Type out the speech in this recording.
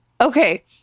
Okay